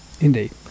Indeed